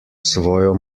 svojo